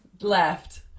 left